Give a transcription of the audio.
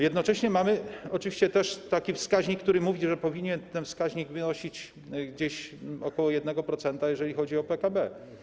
Jednocześnie mamy oczywiście też taki wskaźnik, który mówi, że powinien ten wskaźnik wynosić gdzieś ok. 1%, jeżeli chodzi o PKB.